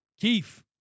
Keith